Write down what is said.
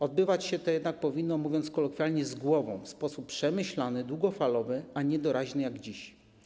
Odbywać się to jednak powinno, mówiąc kolokwialnie, z głową, w sposób przemyślany, długofalowy, a nie doraźny jak dziś.